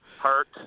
hurt